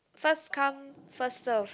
first come first served